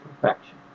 perfection